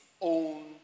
own